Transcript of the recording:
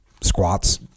squats